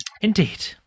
Indeed